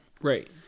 Right